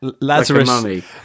Lazarus